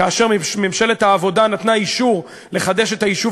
כאשר ממשלת העבודה נתנה אישור לחדש את היישוב